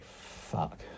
fuck